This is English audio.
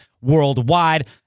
worldwide